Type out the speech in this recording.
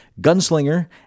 Gunslinger